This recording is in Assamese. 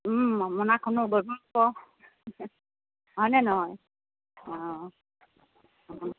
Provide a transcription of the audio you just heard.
মোনাখনো গধুৰ হ'ব হয়নে নহয় অঁ অঁ